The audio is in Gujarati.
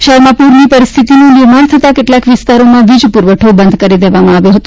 શહેરમાં પુરની પરિસ્થિતિનું નિર્માણ થતાં કેટલાક વિસ્તારોમાં વીજ પુરવઠો બંધ કરી દેવામાં આવ્યો હતો